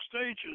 stages